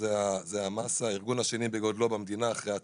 אנחנו הארגון השני בגודלו במדינה, אחרי הצבא.